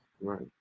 Right